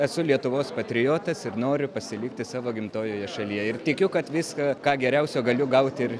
esu lietuvos patriotas ir noriu pasilikti savo gimtojoje šalyje ir tikiu kad viską ką geriausio galiu gauti ir